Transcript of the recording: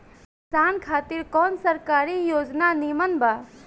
किसान खातिर कवन सरकारी योजना नीमन बा?